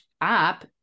app